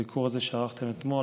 הביקור הזה שערכתם אתמול,